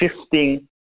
shifting